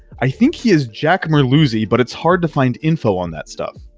i think he is jack merluzzi, but it's hard to find info on that stuff.